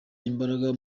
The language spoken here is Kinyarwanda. imbaraga